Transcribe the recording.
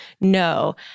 no